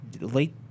late